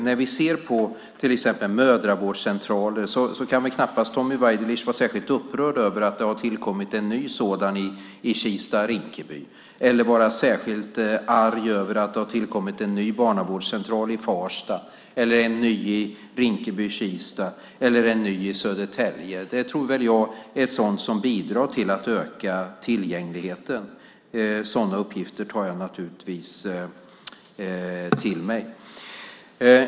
När vi ser på till exempel mödravårdscentraler kan väl knappast Tommy Waidelich vara särskilt upprörd över att det har tillkommit en ny sådan i Rinkeby-Kista eller vara särskilt arg över att det har tillkommit en ny barnavårdscentral i Farsta, Rinkeby-Kista eller Södertälje. Jag tror att det är sådant som bidrar till att öka tillgängligheten. Sådana uppgifter tar jag naturligtvis till mig.